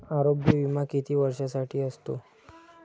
आरोग्य विमा किती वर्षांसाठी असतो?